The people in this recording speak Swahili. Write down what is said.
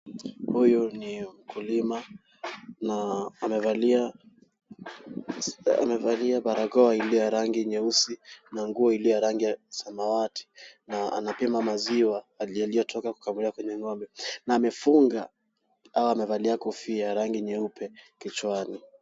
Huyu ni mkulima na amevalia barakoa iliyo ya rangi nyeusi na nguo iliyo ya rangi ya samawati na anapima maziwa yaliyotoka kukamuliwa kwenye ngombe na amefunga au amevalia kofia ya rangi nyeupe kichwani.